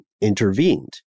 intervened